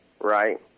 right